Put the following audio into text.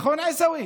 נכון, עיסאווי?